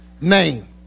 name